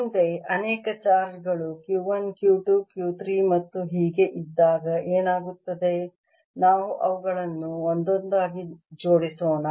ಮುಂದೆ ಅನೇಕ ಚಾರ್ಜ್ ಗಳು Q 1 Q 2 Q 3 ಮತ್ತು ಹೀಗೆ ಇದ್ದಾಗ ಏನಾಗುತ್ತದೆ ನಾವು ಅವುಗಳನ್ನು ಒಂದೊಂದಾಗಿ ಜೋಡಿಸೋಣ